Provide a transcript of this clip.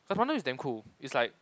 Kathmandu is damn cool it's like